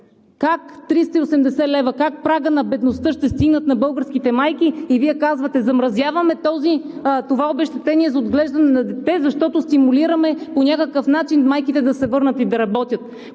Как 380 лв. – прагът на бедността, ще стигнат на българските майки, а Вие казвате: замразяваме това обезщетение за отглеждане на дете, защото стимулираме по някакъв начин майките да се върнат и да работят?